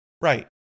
Right